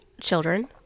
children